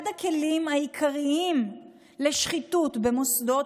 אחד הכלים העיקריים לשחיתות במוסדות